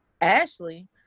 Ashley